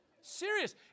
Serious